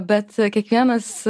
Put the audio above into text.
bet kiekvienas